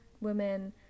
women